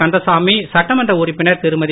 கந்தசாமி சட்டமன்ற உறுப்பினர் திருமதி